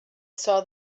saw